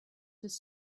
his